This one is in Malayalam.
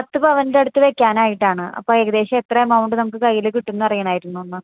പത്ത് പവന്റെയടുത്ത് വയ്ക്കാനായിട്ടാണ് അപ്പം ഏകദേശം എത്ര എമൗണ്ട് നമുക്ക് കൈയില് കിട്ടുമെന്നറിയണമായിരുന്നു ഒന്ന്